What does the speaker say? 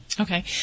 Okay